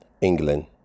England